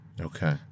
Okay